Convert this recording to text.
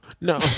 no